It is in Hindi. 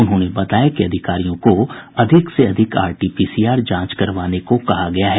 उन्होंने बताया कि अधिकारियों को अधिक से अधिक आरटीपीसीआर जांच करवाने को कहा गया है